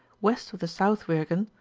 west of the south wirgen,